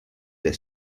del